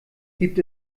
gibt